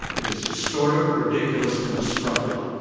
it is distortive, ridiculous, and destructive.